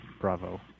bravo